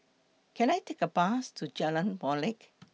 Can I Take A Bus to Jalan Molek